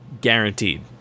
Guaranteed